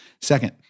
Second